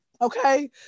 okay